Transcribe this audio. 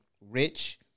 rich